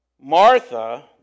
Martha